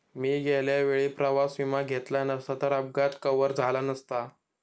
मी गेल्या वेळी प्रवास विमा घेतला नसता तर अपघात कव्हर झाला नसता